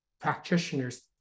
practitioners